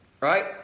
Right